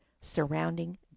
surrounding